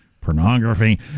pornography